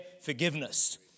forgiveness